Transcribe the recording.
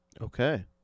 Okay